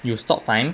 you will stop time